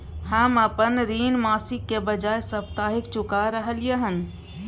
हम अपन ऋण मासिक के बजाय साप्ताहिक चुका रहलियै हन